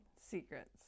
secrets